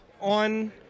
on